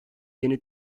yeni